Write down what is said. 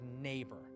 neighbor